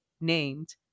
named